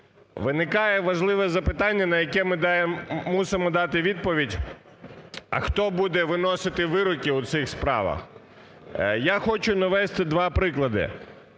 Виникає важливе запитання, на яке ми мусимо дати відповідь: а хто буде виносити вироки у цих справах? Я хочу навести два приклади.